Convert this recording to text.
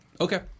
Okay